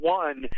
one